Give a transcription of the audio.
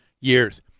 years